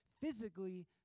physically